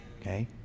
Okay